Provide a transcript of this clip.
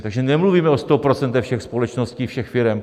Takže nemluvíme o sto procentech všech společností, všech firem.